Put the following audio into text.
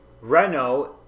Renault